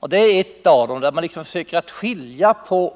Det här är en sådan punkt — där man försöker skilja på